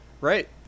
right